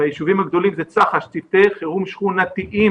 ביישובים הגדולים זה צח"ש, צוותי חירום שכונתיים.